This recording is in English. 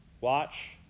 Watch